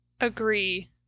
agree